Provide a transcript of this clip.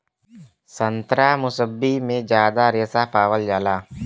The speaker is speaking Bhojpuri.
संतरा मुसब्बी में जादा रेशा पावल जाला